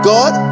God